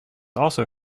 also